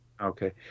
Okay